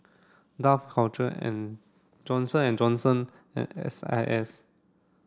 Dough Culture and Johnson and Johnson and S I S